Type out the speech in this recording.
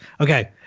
Okay